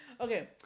Okay